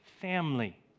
family